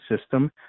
system